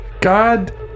god